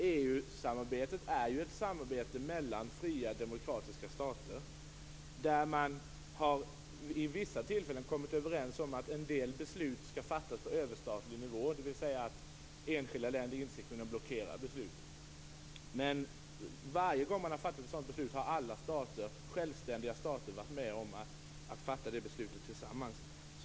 EU samarbetet är ju ett samarbete mellan fria demokratiska stater. Vid vissa tillfällen skall, har man kommit överens om, en del beslut fattas på överstatlig nivå för att enskilda länder inte skall kunna blockera besluten. Varje gång ett sådant beslut fattats har alla självständiga stater varit med om att tillsammans fatta beslutet i fråga.